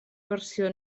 versió